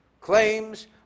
claims